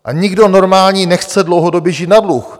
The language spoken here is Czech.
A nikdo normální nechce dlouhodobě žít na dluh.